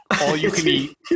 all-you-can-eat